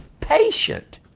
patient